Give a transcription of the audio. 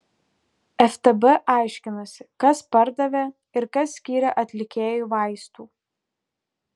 ftb aiškinasi kas pardavė ir kas skyrė atlikėjui vaistų